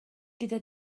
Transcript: gyda